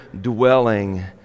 dwelling